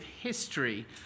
history